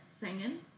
singing